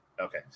Okay